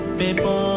People